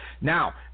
Now